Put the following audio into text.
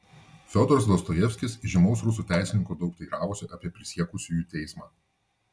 fiodoras dostojevskis įžymaus rusų teisininko daug teiravosi apie prisiekusiųjų teismą